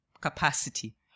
capacity